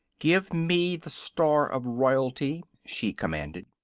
give me the star of royalty! she commanded.